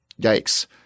yikes